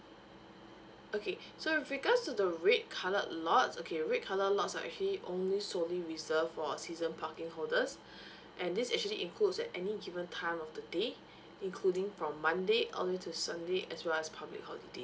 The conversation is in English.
okay so with regards to the red coloured lots okay red coloured lots are actually only solely reserved for season parking holders and this actually includes at any given time of the day including from monday only to sunday as well as public holiday